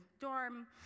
dorm